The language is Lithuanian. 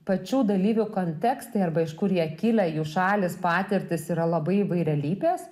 pačių dalyvių kontekstai arba iš kur jie kilę jų šalys patirtys yra labai įvairialypės